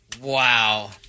Wow